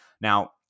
Now